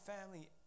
family